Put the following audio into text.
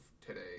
today